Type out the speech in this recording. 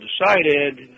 decided